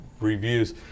reviews